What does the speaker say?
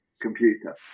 computer